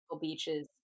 beaches